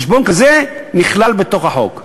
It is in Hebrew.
חשבון כזה נכלל בתוך החוק.